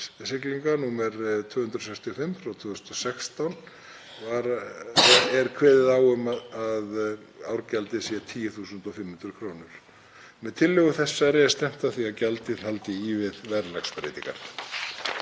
siglinga, nr. 265/2016, er kveðið á um að árgjaldið sé 10.500 kr. Með tillögu þessari er stefnt að því að gjaldið haldi í við verðlagsbreytingar.